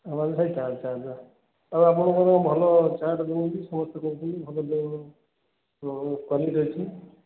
ଆଚ୍ଛା ଆଚ୍ଛା ଆଉ ଆପଣ କ'ଣ ଭଲ ଚାଟ୍ ଦଉଛନ୍ତି ସମସ୍ତେ କହୁଛନ୍ତି ଭଲ ହୁଁ କ୍ୱାଲିଟି ଅଛି